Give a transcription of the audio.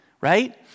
right